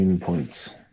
points